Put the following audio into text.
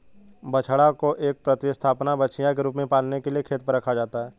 बछड़ा को एक प्रतिस्थापन बछिया के रूप में पालने के लिए खेत पर रखा जाता है